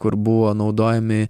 kur buvo naudojami